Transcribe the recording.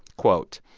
quote,